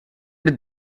did